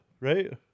right